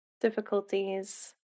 difficulties